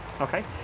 Okay